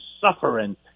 suffering